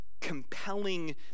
compelling